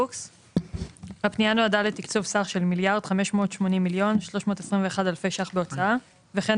הפנייה נועדה לתקצוב סך של 1,580,321,000 בהוצאה וכן